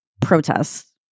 protests